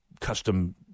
custom –